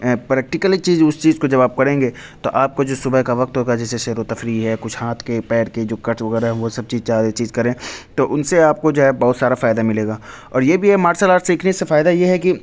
practically چیز اس چیز کو جب آپ کریں گے تو آپ کو جو صبح کا وقت ہوگا جیسے سیر و تفریح ہے کچھ ہاتھ کے پیر کے جو کٹ وغیرہ ہیں وہ سب چیز چاہے یہ چیز کریں تو ان سے آپ کو جو ہے بہت سارا فائدہ ملے گا اور یہ بھی ہے مارسل آرٹس سیکھنے سے فائدہ یہ ہے کہ